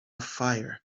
fire